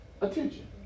attention